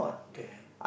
okay